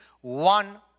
one